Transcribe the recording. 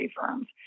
firms